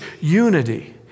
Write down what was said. unity